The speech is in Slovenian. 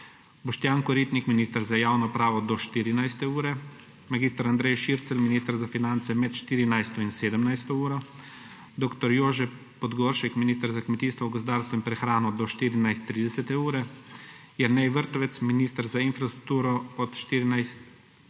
Boštjan Koritnik, minister za javno upravo, do 14. ure; mag. Andrej Šircelj, minister za finance, med 14. in 17. uro; dr. Jože Podgoršek, minister za kmetijstvo, gozdarstvo in prehrano, do 14.30 ; Jernej Vrtovec, minister za infrastrukturo, od 14.30